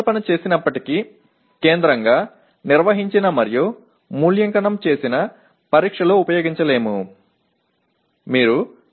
வடிவமைக்கப்பட்டிருந்தாலும் கூட மையமாக நடத்தப்பட்ட மற்றும் மதிப்பிடப்பட்ட தேர்வில் பயன்படுத்த முடியாது